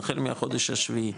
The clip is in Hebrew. החל מהחודש השביעי,